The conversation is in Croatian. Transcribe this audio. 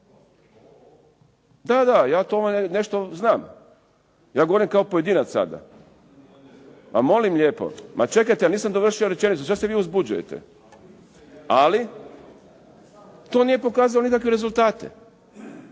Da, da ja o tome nešto znam. Ja govorim kao pojedinac sada. ... /Upadica se ne razumije./ ... Pa molim lijepo, pa čekajte ja nisam dovršio rečenicu. Što se vi uzbuđujete? Ali to nije pokazalo nikakve rezultate.